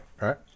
right